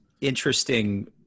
interesting